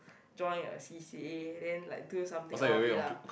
join a C_C_A then like do something out of it lah